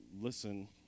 listen